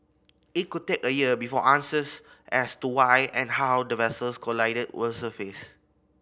it could take a year before answers as to why and how the vessels collided will surface